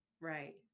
Right